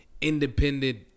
Independent